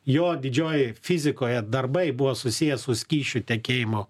jo didžioji fizikoje darbai buvo susiję su skysčių tekėjimo